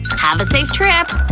have a safe trip!